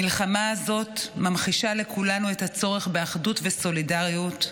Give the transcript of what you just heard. המלחמה הזאת ממחישה לכולנו את הצורך באחדות וסולידריות,